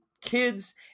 kids